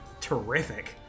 terrific